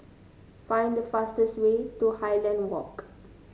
find the fastest way to Highland Walk